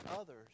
others